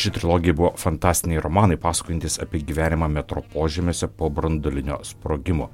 ši trilogija buvo fantastiniai romanai pasakojantys apie gyvenimą metro požemiuose po branduolinio sprogimo